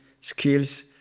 skills